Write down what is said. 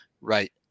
right